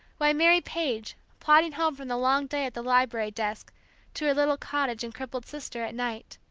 why mary page, plodding home from the long day at the library desk to her little cottage and crippled sister, at night,